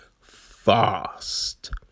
fast